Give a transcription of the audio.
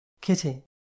Kitty